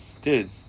dude